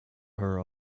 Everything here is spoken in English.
her